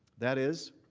that is